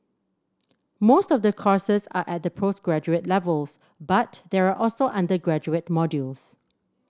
most of the courses are at the postgraduate levels but there are also undergraduate modules